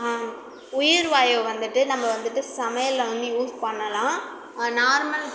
உயிர் வாயு வந்துவிட்டு நம்ம வந்துவிட்டு சமையலில் வந்து யூஸ் பண்ணலாம் நார்மல்